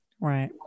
Right